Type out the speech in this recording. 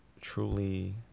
truly